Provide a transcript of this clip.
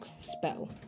spell